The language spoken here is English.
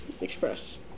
Express